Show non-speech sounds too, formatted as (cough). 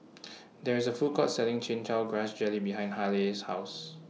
(noise) There IS A Food Court Selling Chin Chow Grass Jelly behind Haleigh's House